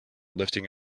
lifting